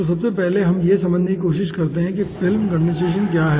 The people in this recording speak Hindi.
तो सबसे पहले हम यह समझने की कोशिश करते हैं कि फिल्म कंडेनसेशन क्या है